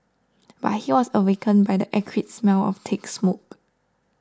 but he was awakened by the acrid smell of thick smoke